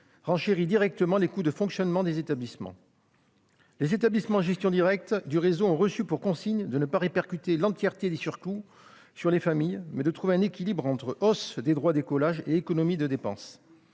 -renchérit directement les coûts de fonctionnement des établissements. Les établissements en gestion directe du réseau ont reçu pour consigne de ne pas répercuter l'entièreté des surcoûts sur les familles et de trouver un équilibre entre hausse des droits d'écolage et économies de dépenses.